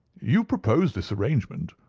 you proposed this arrangement,